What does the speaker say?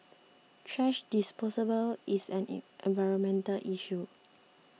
thrash disposal is an environmental issue